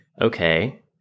okay